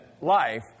life